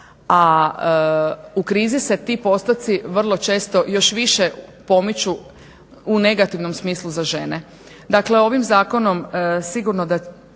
a u krizi se ti postotci vrlo često još više pomiču u negativnom smislu za žene. Dakle, ovim zakonom sigurno da